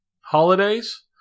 holidays